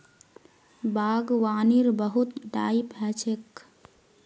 बागवानीर बहुत टाइप ह छेक